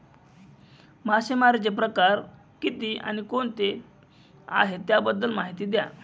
मासेमारी चे प्रकार किती आणि कोणते आहे त्याबद्दल महिती द्या?